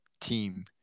team